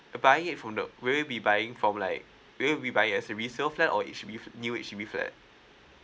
buying it from the will you be buying from like will you be buying as a resale flat or H_D_B flat new H_D_B flat